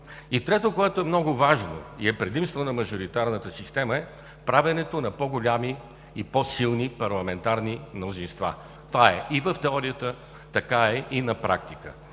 И трето, което е много важно и е предимство на мажоритарната система, е правенето на по-големи и по-силни парламентарни мнозинства. Това е и в теорията, така е и на практика.